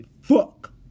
fuck